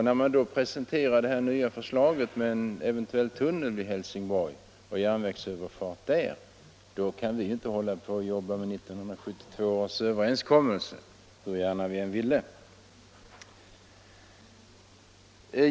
När sedan det nya förslaget om en järnvägstunnel Helsingborg-Helsingör presenterades gick det inte att fortsätta arbeta efter 1972 års överenskommelse hur gärna vi än ville.